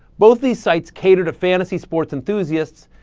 both these sites cater to fantasy sports enthusiasts,